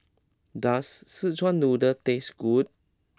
does Szechuan Noodle taste good